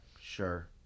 sure